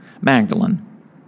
Magdalene